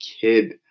kid